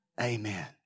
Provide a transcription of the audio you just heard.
Amen